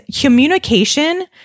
communication